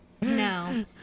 no